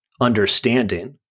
understanding